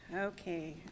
Okay